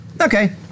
Okay